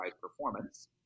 performance